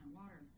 water